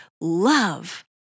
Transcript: love